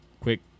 quick